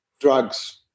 drugs